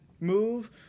move